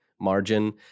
margin